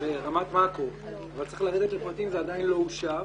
ברמת מקרו אבל צריך לרדת לפרטים וזה עדיין לא אושר.